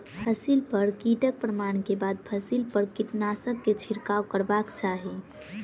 फसिल पर कीटक प्रमाण के बाद फसिल पर कीटनाशक के छिड़काव करबाक चाही